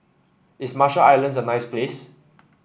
is Marshall Islands a nice place